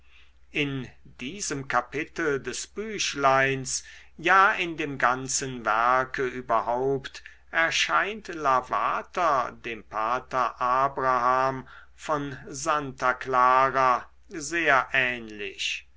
in diesem kapitel des büchleins ja in dem ganzen werke überhaupt erscheint lavater dem pater abraham von santa clara sehr ähnlich